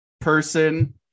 person